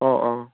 অঁ অঁ